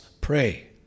pray